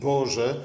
Boże